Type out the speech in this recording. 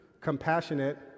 compassionate